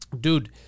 Dude